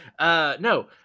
no